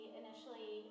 initially